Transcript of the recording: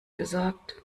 gesagt